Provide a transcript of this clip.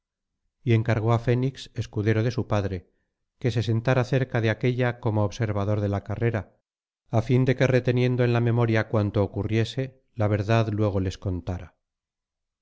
y encargó á fénix escudero de su padre que se sentara cerca dequélla como observador de la carrera á fin de que reteniendo en la memoria cuanto ocurriese la verdad luego les contara